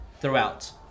throughout